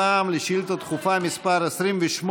הפעם שאילתה דחופה מס' 28,